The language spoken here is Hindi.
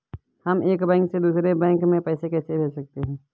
हम एक बैंक से दूसरे बैंक में पैसे कैसे भेज सकते हैं?